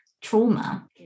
trauma